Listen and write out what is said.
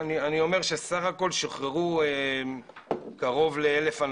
אני אומר שסך הכול שוחררו קרוב לאלף,